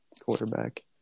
quarterback